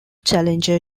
challenger